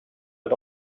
had